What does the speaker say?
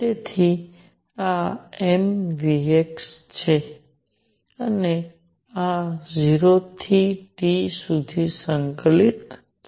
તેથી આ m vx છે અને આ 0 થી T સુધી સંકલિત છે